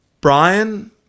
Brian